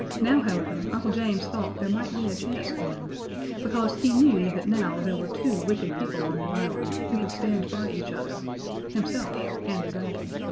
now, however, uncle james thought there might be a chance for him because he knew that now there were two wicked people on the island who could stand by each other himself and the dragon.